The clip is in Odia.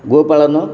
ଗୋ ପାଳନ